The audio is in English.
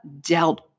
dealt